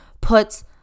puts